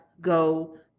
go